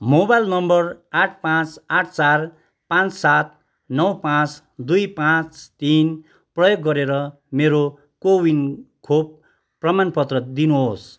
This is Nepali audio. मोबाइल नम्बर आठ पाँच आठ चार पाँच सात नौ पाँच दुई पाँच तिन प्रयोग गरेर मेरो को विन खोप प्रमाणपत्र दिनुहोस्